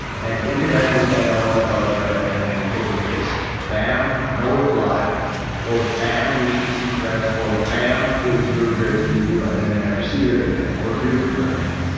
and in your head, you're playing all of your cards right and then you're hit with this, bam, no reply or, bam, we should just be friends or, bam, it was really great to meet you and then you never see her again or hear from her again.